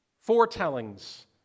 foretellings